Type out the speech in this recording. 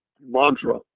mantra